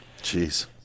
Jeez